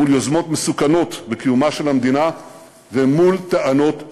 מול יוזמות מסוכנות לקיומה של המדינה ומול טענות שווא.